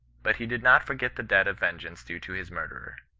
but he did not forget the debt of vengeance due to his murderer.